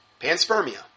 Panspermia